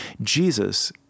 Jesus